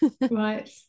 Right